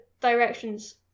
directions